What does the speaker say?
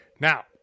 Now